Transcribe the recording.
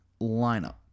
lineup